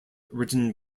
written